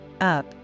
Up